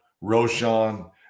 Roshan